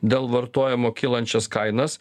dėl vartojimo kylančias kainas